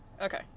Okay